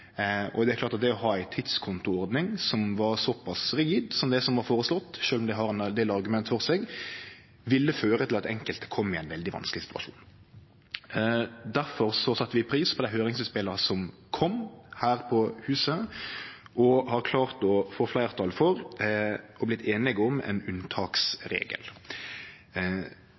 det å ha ein tidskonto som var såpass rigid som det som var føreslått, sjølv om det har ein del argument for seg, ville føre til at enkelte kom i ein veldig vanskeleg situasjon. Derfor sette vi pris på dei høyringsinnspela som kom her på huset, og har klart å få fleirtal for og blitt einige om ein unntaksregel.